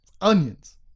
Onions